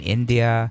India